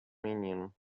menino